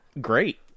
great